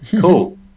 Cool